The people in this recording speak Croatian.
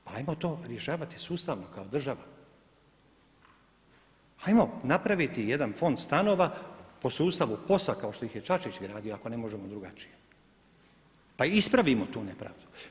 Pa hajmo to rješavati sustavno kao država, hajmo napraviti jedan fond stanova po sustavu POS-a kao što ih je Čačić gradio ako ne možemo drugačije pa ispravimo tu nepravdu.